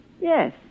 Yes